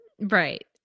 Right